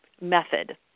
method